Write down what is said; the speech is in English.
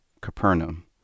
Capernaum